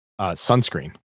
Sunscreen